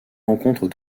rencontre